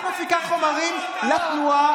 את מפיקה חומרים לתנועה,